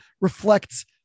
reflects